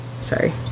Sorry